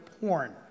porn